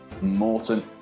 morton